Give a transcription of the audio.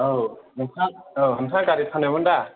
औ नोंथां औ नोंथाङा गारि फानोमोन दा